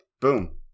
boom